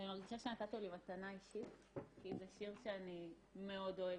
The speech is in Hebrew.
ואני מרגישה שנתתם לי מתנה אישית כי זה שיר שאני מאוד אוהבת.